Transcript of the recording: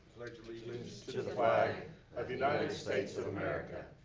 pledge allegiance to the flag of the united states of america,